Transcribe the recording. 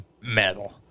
Metal